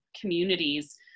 communities